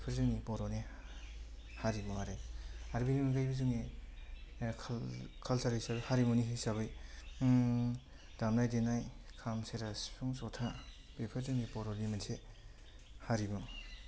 बेफोर जोंनि बर'नि हारिमुवारि आरो बेनिफ्रायबो जोंनि कालसार हिसाबै हारिमुनि हिसाबै दामनाय देनाय खाम सेरजा सिफुं जथा बेफोर जोंनि बर'नि मोनसे हारिमु